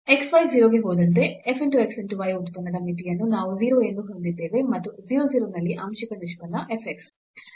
xy 0 ಗೆ ಹೋದಂತೆ f x y ಉತ್ಪನ್ನದ ಮಿತಿಯನ್ನು ನಾವು 0 ಎಂದು ಹೊಂದಿದ್ದೇವೆ ಮತ್ತು 0 0 ನಲ್ಲಿ ಆಂಶಿಕ ನಿಷ್ಪನ್ನ f x